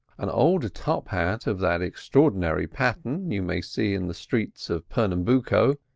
an old top-hat of that extraordinary pattern you may see in the streets of pernambuco,